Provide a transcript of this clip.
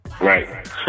Right